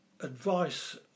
advice